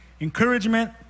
encouragement